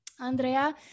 Andrea